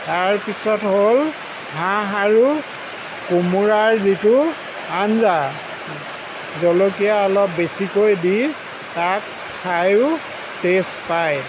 তাৰ পিছত হ'ল হাঁহ আৰু কোমোৰাৰ যিটো আঞ্জা জলকীয়া অলপ বেছিকৈ দি তাত খাইও টেষ্ট পায়